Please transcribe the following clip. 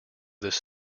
this